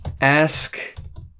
Ask